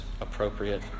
appropriate